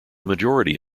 majority